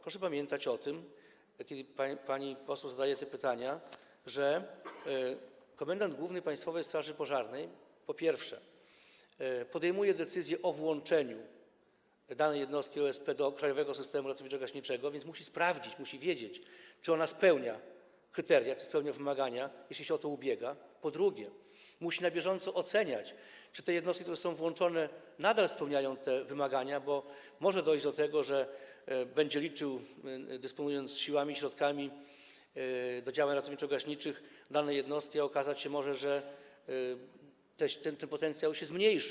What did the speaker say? Proszę pamiętać o tym, kiedy pani poseł zadaje te pytania, że komendant główny Państwowej Straży Pożarnej, po pierwsze, podejmuje decyzję o włączeniu danej jednostki OSP do krajowego systemu ratowniczo-gaśniczego, więc musi sprawdzić, musi wiedzieć, czy ona spełnia kryteria, czy ona spełnia wymagania, jeśli się o to ubiega, a ponadto musi na bieżąco oceniać, czy te jednostki, które są włączone, nadal spełniają wymagania, bo może dojść do tego, że będzie na nie liczył, dysponując siłami, środkami do działań ratowniczo-gaśniczych danej jednostki, a okaże się, że ten potencjał się zmniejszył.